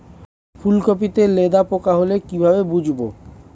ফুলকপিতে লেদা পোকা হলে কি ভাবে বুঝবো?